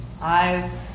Eyes